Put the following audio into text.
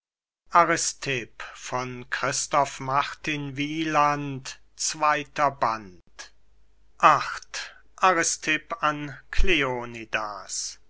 nahmen christoph martin wieland i aristipp an